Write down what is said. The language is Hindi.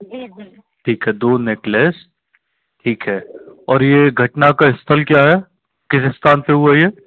ठीक है दो नेकलेस ठीक है और ये घटना का स्थल क्या है किस स्थान पे हुआ ये